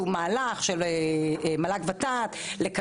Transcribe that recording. מהלך של המועצה להשכלה גבוהה והוועדה לתכנון ותקצוב